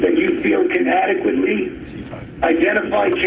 you feel can adequately identify